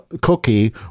Cookie